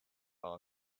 our